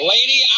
Lady